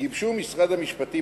גיבשו משרד המשפטים,